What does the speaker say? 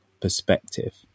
perspective